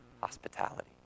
hospitality